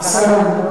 שרה.